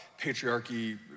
patriarchy